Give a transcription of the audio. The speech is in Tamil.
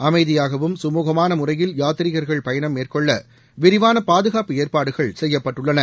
அமைதியாகவும் சமூகமான முறையில் யாதீர்கர்கள் பயணம் மேற்கொள்ள விரிவான பாதுகாப்பு ஏற்பாடுகள் செய்ப்பட்டுள்ளன